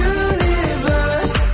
universe